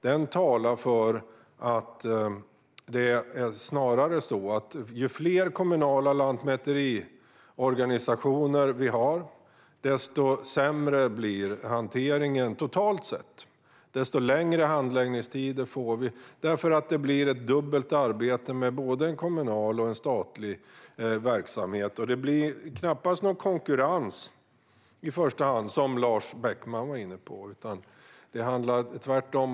Den talar snarare för att ju fler kommunala lantmäteriorganisationer, desto sämre blir hanteringen totalt sett, desto längre blir handläggningstiderna. Det blir ett dubbelt arbete med både en kommunal och en statlig verksamhet. Det blir knappast någon konkurrens, som Lars Beckman var inne på, tvärtom.